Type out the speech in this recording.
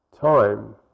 time